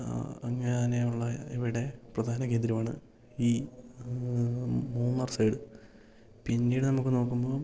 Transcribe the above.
അങ്ങനനെയുള്ള ഇവിടെ പ്രധാന കേന്ദ്രമാണ് ഈ മൂ മൂന്നാർ സൈഡ് പിന്നീട് നമുക്ക് നോക്കുമ്പോൾ